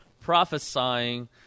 prophesying